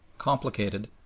complicated,